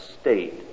state